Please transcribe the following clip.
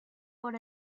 por